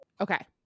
okay